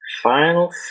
Final